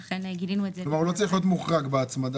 כלומר, הוא לא צריך להיות מוחרג בהצמדה.